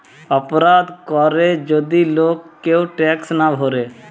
অপরাধ করে যদি লোক কেউ ট্যাক্স না ভোরে